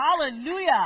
hallelujah